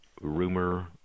rumor